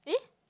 eh